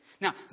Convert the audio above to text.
Now